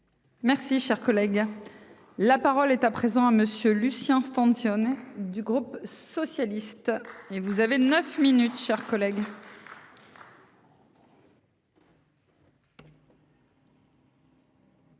Merci cher collègue. La parole est à présent à monsieur Lucien stands Thione du groupe socialiste et vous avez 9 minutes, chers collègues.